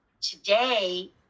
today